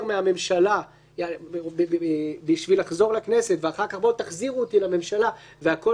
מהממשלה בשביל לחזור לכנסת ואחר כך בואו תחזירו אותי לממשלה והכול